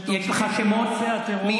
של תומכים במעשי הטרור, יש לך שמות?